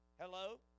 Hello